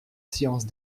science